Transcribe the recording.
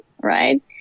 right